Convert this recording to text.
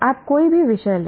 आप कोई भी विषय लें